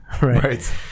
right